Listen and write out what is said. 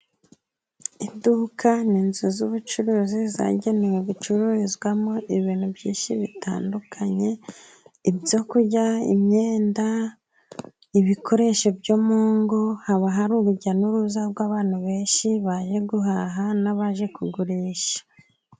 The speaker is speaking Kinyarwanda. Iduka ni inzu z'ubucuruzi zagenewe gucururizwamo ibintu byinshi bitandukanye: ibyo kurya, imyenda, ibikoresho byo mu ngo, haba hari urujya n'uruza rw'abantu benshi baje guhaha n'abaje kugurisha.